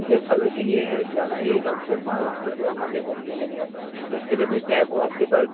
مجھے کل کے لیے جانا ہے یہ لوٹس ٹیمپل اور اکشر دھام مندر گھومنے کے لیے تو اس کے لیے کوئی کیب ہو آپ کے پاس